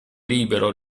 libero